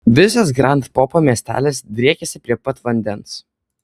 visas grand popo miestelis driekiasi prie pat vandens